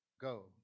Go